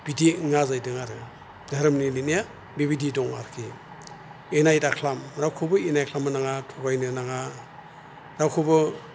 बिदि नोङा जाहैदों आरो दोहोरोमनि मिनिंआ बेबायदि दं आरखि इनाय दाखालाम रावखौबो इनाय खालामनो नाङा थगायनो नाङा रावखौबो